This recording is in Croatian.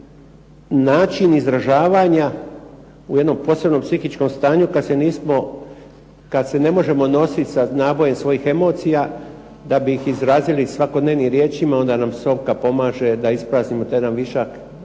način u izražavanja u jednom posebnom psihičkom stanju kada se ne možemo nositi sa nabojem svojih emocija da bi ih izrazili svakodnevnim riječima onda nam psovka da ispraznimo taj jedan višak